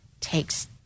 takes